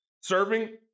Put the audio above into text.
serving